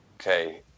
Okay